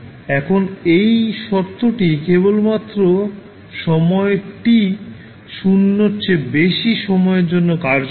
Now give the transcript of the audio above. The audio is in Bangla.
এখন এই শর্তটি কেবলমাত্র সময় t 0 এর চেয়ে বেশি সময়ের জন্য কার্যকর